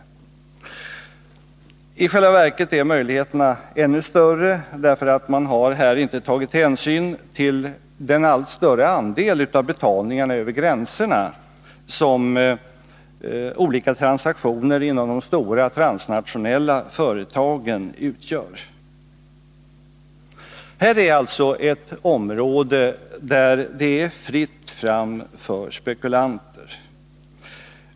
Och i själva verket är möjligheterna ännu större — man har nämligen inte tagit hänsyn till den allt större andel av betalningarna över gränserna som olika transaktioner inom de stora transnationella företagen svarar för. Detta är alltså ett område där det är fritt fram för spekulanter.